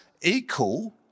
equal